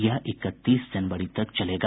यह इकतीस जनवरी तक चलेगा